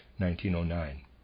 1909